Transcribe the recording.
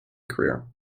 career